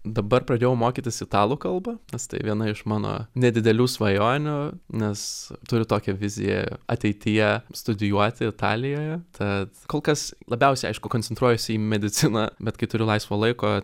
dabar pradėjau mokytis italų kalbą nes tai viena iš mano nedidelių svajonių nes turiu tokią viziją ateityje studijuoti italijoje tad kol kas labiausiai aišku koncentruojuosi į mediciną bet kai turiu laisvo laiko